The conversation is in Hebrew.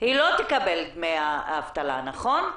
היא לא תקבל דמי אבטלה, נכון?